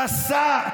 גסה,